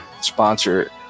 sponsor